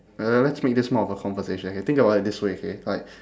uh let's make this more of a conversation okay think about it this way okay like